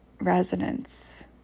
resonance